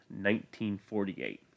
1948